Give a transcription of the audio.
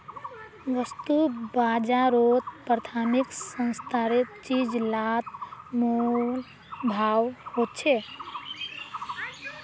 वास्तु बाजारोत प्राथमिक स्तरेर चीज़ लात मोल भाव होछे